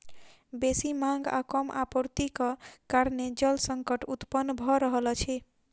बेसी मांग आ कम आपूर्तिक कारणेँ जल संकट उत्पन्न भ रहल अछि